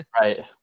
Right